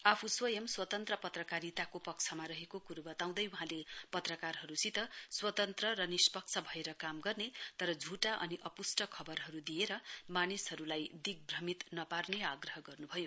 आफू स्वयं स्वतन्त्र पत्रकारिताका पक्षमा रहेको क्रो बताउँदै वहाँले पत्रकारहरूसित स्वतन्त्र र निष्पक्ष भएर काम गर्ने तर झुटा अनि अपुष्ट खबरहरू दिएर मानिसहरूलाई दिग्भमित नपार्ने आग्रह गर्नुभयो